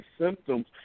symptoms